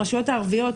ברשויות הערביות,